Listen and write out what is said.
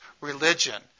religion